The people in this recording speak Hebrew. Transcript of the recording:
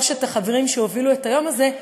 שלושת החברים שהובילו את היום הזה,